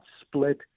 split